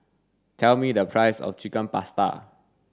tell me the price of Chicken Pasta